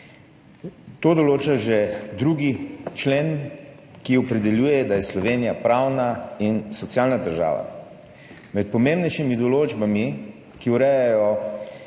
To določa že 2. člen, ki opredeljuje, da je Slovenija pravna in socialna država. Med pomembnejšimi določbami, ki urejajo